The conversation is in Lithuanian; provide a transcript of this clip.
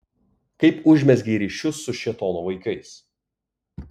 kaip užmezgei ryšius su šėtono vaikais